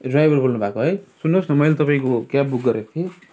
ए driver बोल्नुभएको है सुन्नुहोस् न मैले तपाईँको क्याब बुक गरेको थिएँ